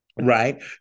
Right